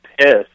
pissed